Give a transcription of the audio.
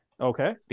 Okay